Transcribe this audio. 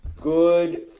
Good